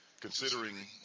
considering